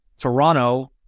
toronto